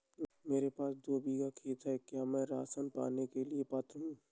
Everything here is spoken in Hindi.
मेरे पास दो बीघा खेत है क्या मैं राशन पाने के लिए पात्र हूँ?